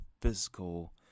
physical